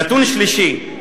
נתון שלישי,